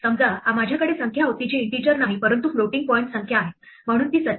समजा माझ्याकडे संख्या होती जी इन्टिजर नाही परंतु फ्लोटिंग पॉईंट संख्या आहे म्हणून ती 47